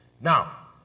Now